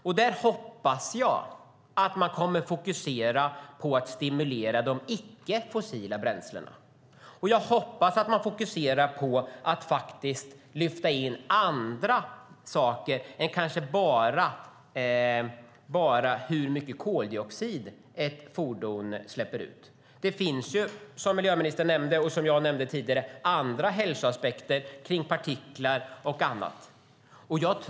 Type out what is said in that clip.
Jag hoppas att man där kommer att fokusera på att stimulera de icke fossila bränslena. Jag hoppas att man fokuserar på att faktiskt lyfta in andra saker än bara hur mycket koldioxid ett fordon släpper ut. Det finns, som miljöministern nämnde och som jag nämnde tidigare, andra hälsoaspekter kring partiklar och annat.